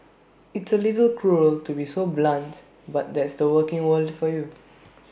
it's A little cruel to be so blunt but that's the working world for you